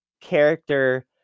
character